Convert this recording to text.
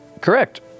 Correct